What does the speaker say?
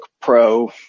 Pro